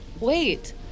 Wait